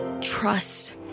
trust